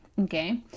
okay